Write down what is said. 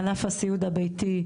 בענף הסיעוד הביתי.